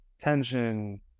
tension